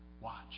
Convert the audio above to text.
Watch